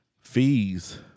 fees